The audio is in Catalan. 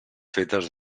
fetes